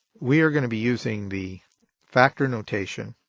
we are going to be using the factor notation